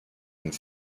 and